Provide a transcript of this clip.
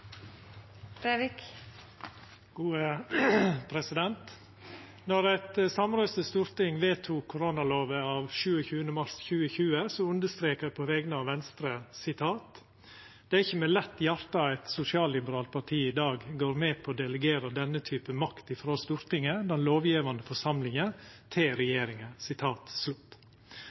eit samrøystes storting vedtok koronalova av 27. mars 2020, understreka eg på vegner av Venstre: «Det er ikkje med lett hjarta eit sosialliberalt parti i dag går med på å delegera denne typen makt frå Stortinget – den lovgjevande forsamlinga – til regjeringa.»